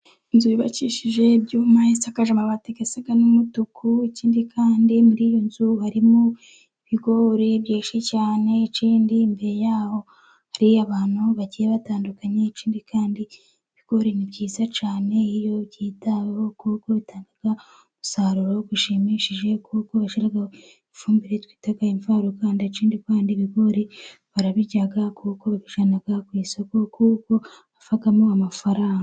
Inzu yubakishije ibyuma, isakaje amabati asa n'umutuku, ikindi kandi muri iyo nzu harimo ibigori byinshi cyane, ikindi imbere ya ho hari abantu bagiye batandukanye, ikindi kandi ibigori ni byiza cyane iyo byitaweho, kuko bitanga umusaruro ushimishije, kuko bashyiraho ifumbire twita imvaruganda, ikindi kandi ibigori barabirya, kuko babijyana ku isoko, kuko havamo amafaranga.